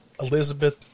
Elizabeth